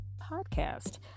podcast